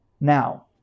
now